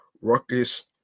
ruckus